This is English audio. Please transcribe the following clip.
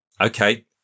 Okay